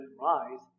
rise